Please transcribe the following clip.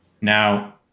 Now